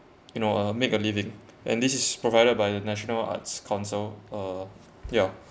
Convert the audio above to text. you know uh make a living and this is provided by the national arts council uh ya